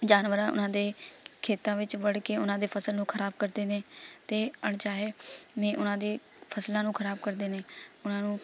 ਜਾਨਵਰ ਉਹਨਾਂ ਦੇ ਖੇਤਾਂ ਵਿੱਚ ਵੜ ਕੇ ਉਹਨਾਂ ਦੇ ਫਸਲ ਨੂੰ ਖ਼ਰਾਬ ਕਰਦੇ ਨੇ ਅਤੇ ਅਣਚਾਹੇ ਮੀਂਹ ਉਹਨਾਂ ਦੇ ਫਸਲਾਂ ਨੂੰ ਖ਼ਰਾਬ ਕਰਦੇ ਨੇ ਉਹਨਾਂ ਨੂੰ